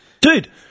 Dude